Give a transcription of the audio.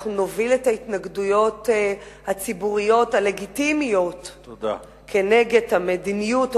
אנחנו נוביל את ההתנגדויות הציבוריות הלגיטימיות נגד המדיניות,